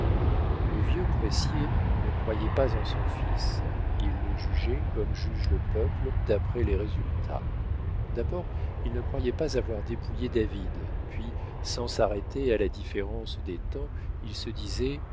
le vieux pressier ne croyait pas en son fils il le jugeait comme juge le peuple d'après les résultats d'abord il ne croyait pas avoir dépouillé david puis sans s'arrêter à la différence des temps il se disait